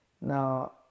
Now